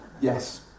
Yes